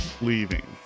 leaving